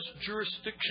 jurisdiction